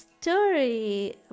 story